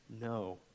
No